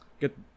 get